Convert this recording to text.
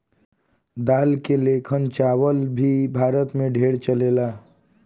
दाल के लेखन चावल भी भारत मे ढेरे चलेला